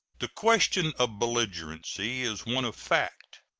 the question of belligerency is one of fact,